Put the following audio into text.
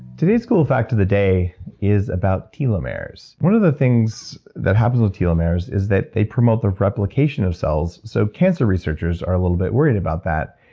today's cool fact of the day is about telomeres. one of the things that happens with telomeres is that they promote the replication of cells, so cancer researchers are a little bit worried about that.